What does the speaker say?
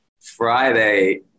Friday